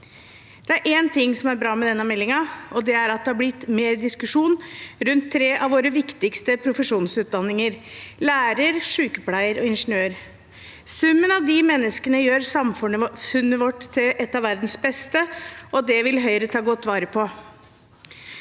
Det er én ting som er bra med denne meldingen, og det er at det har blitt mer diskusjon rundt tre av våre viktigste profesjonsutdanninger: lærer, sykepleier og ingeniør. Summen av de menneskene gjør samfunnet vårt til et av verdens beste, og det vil Høyre ta godt vare på.